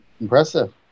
impressive